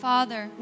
Father